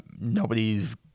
nobody's